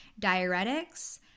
diuretics